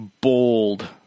bold